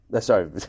Sorry